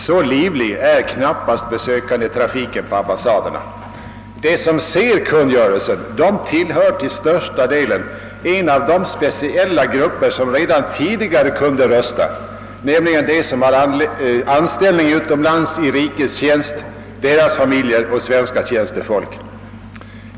Så livlig är knappast besökandefrekvensen på ambassaderna. De som kommer . att se kungörelsen tillhör till största delen en av de speciella grupper som redan tidigare kunde rösta, nämligen de som har anställning utomlands i rikets tjänst, deras familjer och deras svenska tjänstefolk.